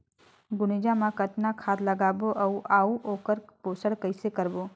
गुनजा मा कतना खाद लगाबो अउ आऊ ओकर पोषण कइसे करबो?